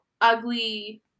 ugly